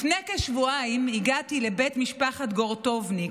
לפני כשבועיים הגעתי לבית משפחת גורטובניק,